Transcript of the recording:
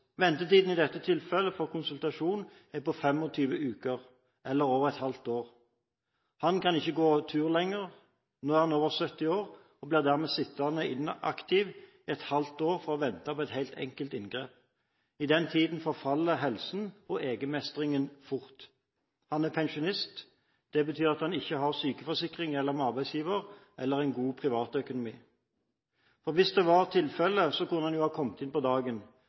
Ventetiden for konsultasjon i dette tilfellet er på 25 uker – eller over et halvt år. Han kan ikke gå tur lenger. Nå er han over 70 år og blir dermed sittende inaktiv i et halvt år for å vente på et helt enkelt inngrep. I den tiden forfaller helsen og egenmestringen fort. Han er pensjonist. Det betyr at han ikke har sykeforsikring hos arbeidsgiver eller en god privatøkonomi. Hvis så var tilfelle, kunne han ha kommet inn på dagen,